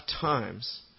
times